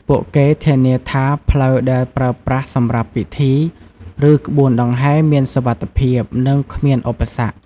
ពួកគេធានាថាផ្លូវដែលប្រើប្រាស់សម្រាប់ពិធី ឬក្បួនដង្ហែមានសុវត្ថិភាព និងគ្មានឧបសគ្គ។